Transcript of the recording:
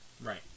Right